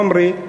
עמרי,